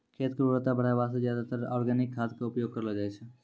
खेत के उर्वरता बढाय वास्तॅ ज्यादातर आर्गेनिक खाद के उपयोग करलो जाय छै